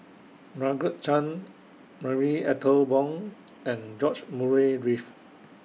Margaret Chan Marie Ethel Bong and George Murray Reith